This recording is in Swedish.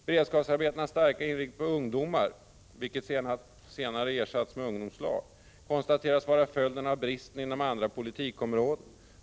Beredskapsarbetenas starka inriktning på ungdomar — de har senare ersatts med ungdomslag — konstateras vara följden av brister inom andra politikområden.